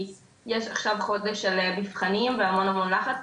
כי יש חודש שלם עם מבחנים והמון המון לחץ,